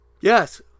Yes